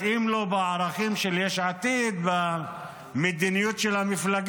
מתאים לו בערכים של יש עתיד, במדיניות של המפלגה,